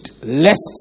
lest